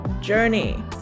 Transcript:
journey